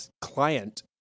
client